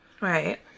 Right